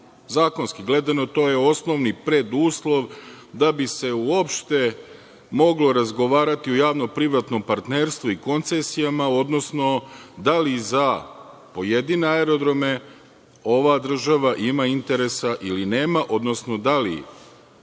Zakonski gledano, to je osnovni preduslov da bi se uopšte moglo razgovarati o javno-privatnom partnerstvu i koncesijama, odnosno da li za pojedine aerodrome ova država ima interesa ili nema, odnosno da li